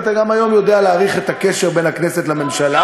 ואתה גם היום יודע להעריך את הקשר בין הכנסת לממשלה.